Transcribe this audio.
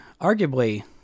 arguably